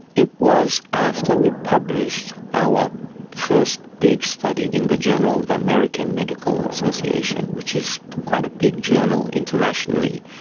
it was after we published our first big study in the journal of the american medical association, which is quite a big journal internationally.